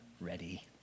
ready